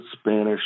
Spanish